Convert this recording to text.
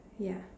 ya